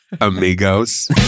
amigos